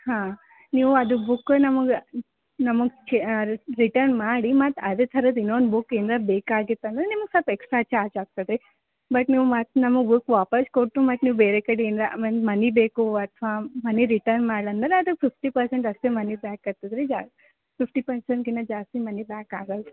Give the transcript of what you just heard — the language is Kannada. ಹಾಂ ನೀವು ಅದು ಬುಕ್ ನಮಗೆ ನಮಗೆ ರಿಟರ್ನ್ ಮಾಡಿ ಮತ್ತೆ ಅದೇ ಥರದ್ದು ಇನ್ನೊಂದು ಬುಕ್ ಏನರ ಬೇಕಾಗಿತ್ತಂದರೆ ನಿಮಗೆ ಸ್ವಲ್ಪ ಎಕ್ಸ್ಟ್ರಾ ಚಾರ್ಜ್ ಆಗ್ತದೆ ರೀ ಬಟ್ ನೀವು ಮತ್ತೆ ನಮಗೆ ಬುಕ್ ವಾಪಸ್ ಕೊಟ್ಟು ಮತ್ತೆ ನೀವು ಬೇರೆ ಕಡೆ ಏನರ ಆಮೇಲೆ ಮನಿ ಬೇಕು ಅಥವಾ ಮನಿ ರಿಟರ್ನ್ ಮಾಡ್ಲಂದರೆ ಅದು ಫಿಫ್ಟಿ ಪರ್ಸೆಂಟ್ ಅಷ್ಟೆ ಮನಿ ಬ್ಯಾಕ್ ಆಗ್ತದೆ ರೀ ಫಿಫ್ಟಿ ಪರ್ಸೆಂಟ್ಗಿನ ಜಾಸ್ತಿ ಮನಿ ಬ್ಯಾಕ್ ಆಗಲ್ಲ ರೀ